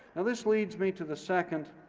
and this leads me to the second,